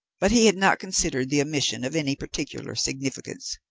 but he had not considered the omission of any particular significance.